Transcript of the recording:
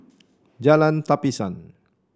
Jalan Tapisan